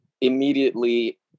immediately